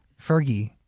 Fergie